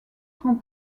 prend